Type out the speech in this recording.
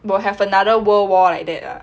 we'll have another world war like that lah